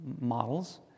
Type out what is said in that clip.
models